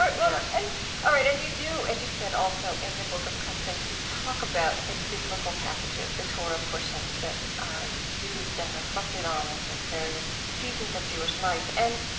yes and all right. and you do, as you said, also in the book of customs, you talk about the biblical passages, the torah portions that are used and reflected on in the various seasons of jewish life. and